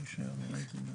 לא יהיו רשאים ראש הממשלה